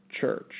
church